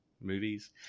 movies